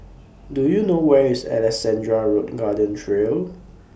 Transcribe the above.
Do YOU know Where IS Alexandra Road Garden Trail